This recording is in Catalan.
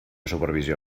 supervisió